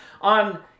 on